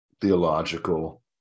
theological